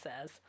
says